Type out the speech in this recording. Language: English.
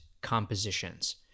compositions